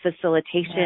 facilitation